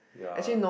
yeah